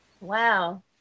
Wow